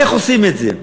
איך עושים את זה?